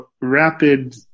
rapid